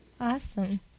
awesome